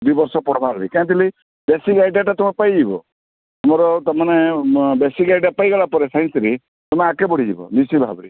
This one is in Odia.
ଦୁଇବର୍ଷ ପଢ଼ବା ଲାଗି କାଇଁକିନି ବେସିକ୍ ଆଇଡ଼ିଆଟା ତୁମେ ପାଇଯିବ ଆମର ତୁମମାନେ ବେସିକ୍ ଆଇଡ଼ିଆ ପାଇଗଲା ପରେ ସାଇନ୍ସରେ ତମେ ଆଗକେ ବଢ଼ିଯିବ ନିଶ୍ଚିତ ଭାବରେ